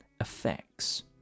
effects